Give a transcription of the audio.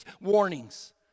warnings